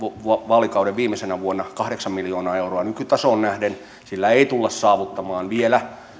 vaalikauden viimeisenä vuonna kahdeksan miljoonaa euroa nykytasoon nähden ei tulla saavuttamaan vielä